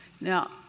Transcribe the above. Now